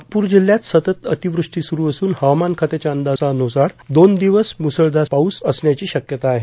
नागपूर जिल्हयात सतत अतिवृष्टी सुरू असून हवामान खात्याच्या अंदाजाबुसार अजून दोन दिवस मुसळधार पाऊस असण्याची शक्यता आहे